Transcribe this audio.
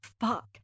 fuck